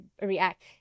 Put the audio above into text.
react